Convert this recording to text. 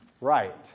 Right